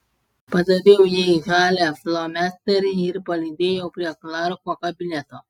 padaviau jai žalią flomasterį ir palydėjau prie klarko kabineto